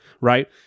right